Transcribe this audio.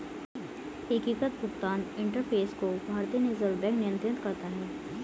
एकीकृत भुगतान इंटरफ़ेस को भारतीय रिजर्व बैंक नियंत्रित करता है